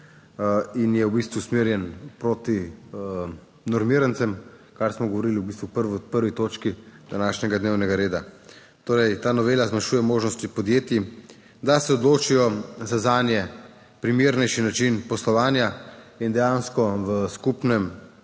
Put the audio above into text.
in je v bistvu usmerjen proti normirancem, kar smo govorili v bistvu 1. točki današnjega dnevnega reda. Torej, ta novela zmanjšuje možnosti podjetij, da se odločijo za zanje primernejši način poslovanja in dejansko v skupnem